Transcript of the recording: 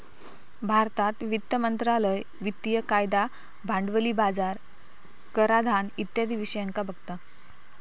भारतात वित्त मंत्रालय वित्तिय कायदा, भांडवली बाजार, कराधान इत्यादी विषयांका बघता